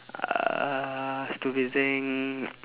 uh stupid thing